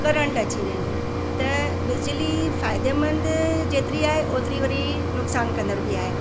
current अची वेंदो त बिजली फ़ाइदेमंदु जेतिरी आहे होतिरी वरी नुक़सानु कंदड़ बि आहे